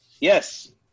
Yes